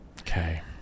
Okay